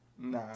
Nah